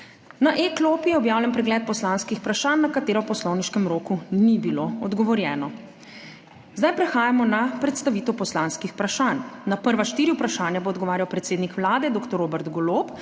Na e-klopi je objavljen pregled poslanskih vprašanj, na katera v poslovniškem roku ni bilo odgovorjeno. Zdaj prehajamo na predstavitev poslanskih vprašanj. Na prva štiri vprašanja bo odgovarjal predsednik Vlade dr. Robert Golob.